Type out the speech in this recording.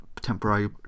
temporary